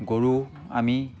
গৰু আমি